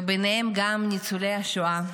וביניהם גם ניצולי שואה.